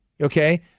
okay